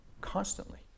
constantly